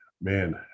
man